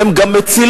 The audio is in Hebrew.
הם גם מצילים.